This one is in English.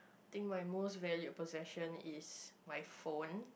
think my most valued possession is my phone